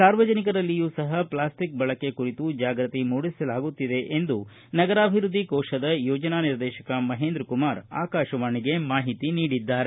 ಸಾರ್ವಜನಿಕರಲ್ಲಿಯೂ ಸಹ ಪ್ಲಾಸ್ಟಿಕ್ ಬಳಕೆ ಕುರಿತು ಜಾಗೃತಿ ಮೂಡಿಸಲಾಗುತ್ತಿದೆ ಎಂದು ನಗರಾಭಿವೃದ್ದಿ ಕೋಶದ ಯೋಜನಾ ನಿರ್ದೇಶಕ ಮಹೇಂದ್ರಕುಮಾರ ಆಕಾಶವಾಣಿಗೆ ಮಾಹಿತಿ ನೀಡಿದ್ದಾರೆ